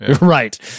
Right